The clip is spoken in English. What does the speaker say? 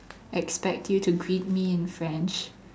expect you to greet me in French